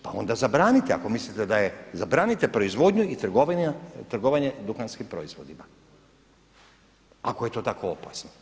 Pa onda zabranite ako mislite da je, zabranite proizvodnju i trgovanje duhanskim proizvodima ako je to tako opasno.